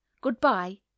Goodbye